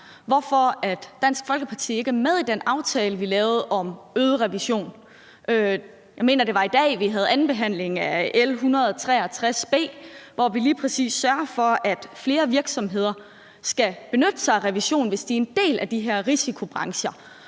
Folkeparti ikke er med i den aftale, vi lavede om øget revision. Jeg mener, at det var i dag, vi havde anden behandling af L 163 B, hvor vi lige præcis sørger for, at flere virksomheder skal benytte sig af revision, hvis de er en del af de her risikobrancher.